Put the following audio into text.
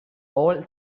all